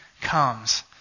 comes